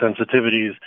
sensitivities